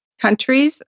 countries